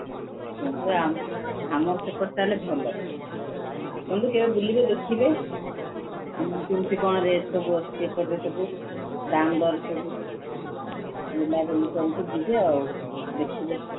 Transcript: କିନ୍ତୁ ଆମର ସେପଟେ ତାହେଲେ ଭଲ ଆସନ୍ତୁ କେବେ ବୁଲିବେ ଦେଖିବେ ଆମର କେମତି କ'ଣ ରେଟ୍ ସବୁ ଅଛି ଏପଟରେ ସବୁ ଦାମଦର ବୁଲାବୁଲି କରି ଯିବେ ଆଉ ଦେଖିବେ